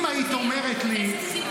אם היית אומרת לי -- כי זה כסף